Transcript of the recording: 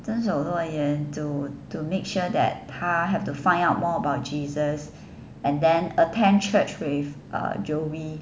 遵守诺言 to to make sure that 他 have to find out more about jesus and then attend church with uh joey